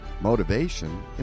Motivation